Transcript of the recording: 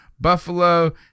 Buffalo